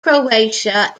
croatia